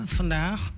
vandaag